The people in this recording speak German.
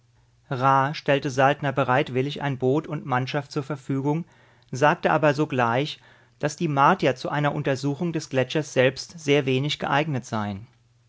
stellte saltner bereitwillig ein boot und mannschaft zur verfügung sagte aber sogleich daß die martier zu einer untersuchung des gletschers selbst sehr wenig geeignet seien